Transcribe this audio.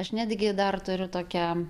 aš netgi dar turiu tokią